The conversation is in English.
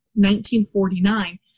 1949